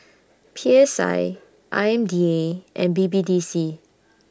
P S I I M D A and B B D C